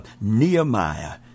nehemiah